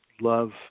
love